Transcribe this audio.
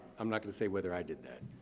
i'm not gonna say whether i did that.